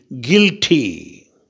guilty